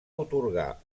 atorgar